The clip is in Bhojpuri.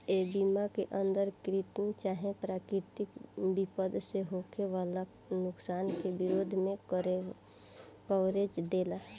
ए बीमा के अंदर कृत्रिम चाहे प्राकृतिक विपद से होखे वाला नुकसान के विरोध में कवरेज देला